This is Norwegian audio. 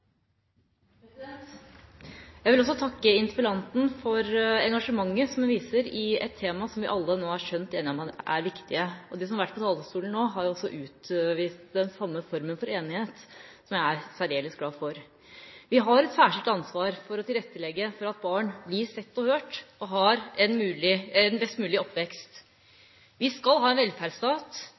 skjønt enige om er viktig. De som har vært på talerstolen nå, har også utvist den samme formen for enighet – som jeg er særdeles glad for. Vi har et særskilt ansvar for å tilrettelegge for at barn blir sett og hørt og har en best mulig oppvekst. Vi skal ha en velferdsstat